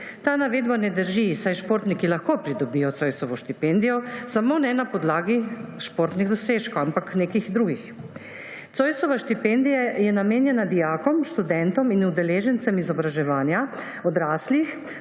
Ta navedba ne drži, saj športniki lahko pridobijo Zoisovo štipendijo, samo ne na podlagi športnih dosežkov, ampak nekih drugih. Zoisova štipendija je namenjena dijakom, študentom in udeležencem izobraževanja odraslih